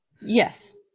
Yes